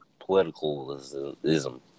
politicalism